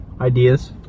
ideas